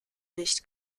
nicht